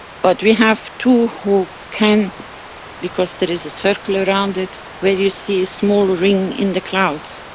but we have two who can because there is a circle around it, where you see a small ring in the clouds.